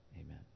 Amen